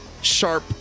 sharp